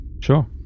Sure